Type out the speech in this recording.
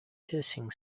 hissing